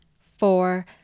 Four